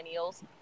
millennials